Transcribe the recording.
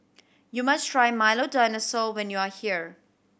you must try Milo Dinosaur when you are here